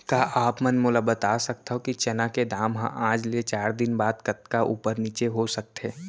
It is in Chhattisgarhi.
का आप मन मोला बता सकथव कि चना के दाम हा आज ले चार दिन बाद कतका ऊपर नीचे हो सकथे?